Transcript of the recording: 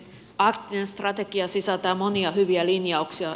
arktinen strategia sisältää monia hyviä linjauksia